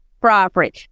property